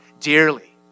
dearly